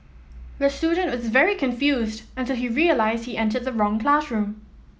the student was very confused until he realised he entered the wrong classroom